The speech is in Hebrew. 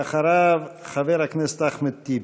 ואחריו, חבר הכנסת אחמד טיבי.